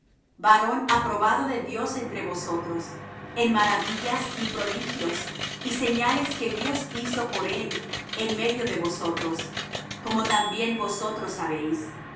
varón aprobado de dios entre vosotros en maravillas y prodigios y señales que dios hizo por él en medio de vosotros como también vosotros sabéis